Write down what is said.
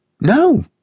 No